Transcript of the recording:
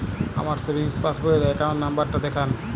আমার সেভিংস পাসবই র অ্যাকাউন্ট নাম্বার টা দেখান?